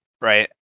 right